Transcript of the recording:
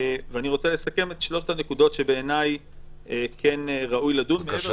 אני רוצה לסכם את שלוש הנקודות שבעיניי כן ראוי לדון בהן,